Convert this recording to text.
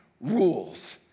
rules